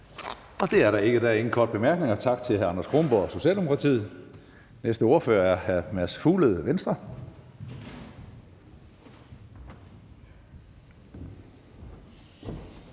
Hønge): Der er ingen korte bemærkninger. Tak til hr. Anders Kronborg, Socialdemokratiet. Næste ordfører er hr. Mads Fuglede, Venstre.